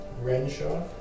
Renshaw